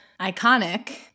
iconic